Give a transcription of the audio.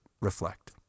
reflect